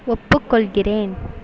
ஒப்புக்கொள்கிறேன்